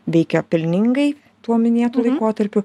veikia pelningai tuo minėtu laikotarpiu